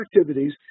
activities